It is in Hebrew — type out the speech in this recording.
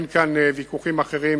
אין כאן ויכוחים אחרים,